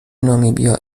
نامیبیا